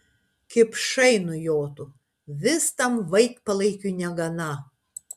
kipšai nujotų vis tam vaikpalaikiui negana